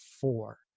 four